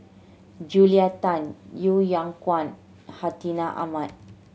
Julia Tan Yeo Yeow Kwang Hartinah Ahmad